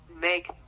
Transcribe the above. make